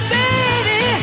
baby